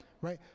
right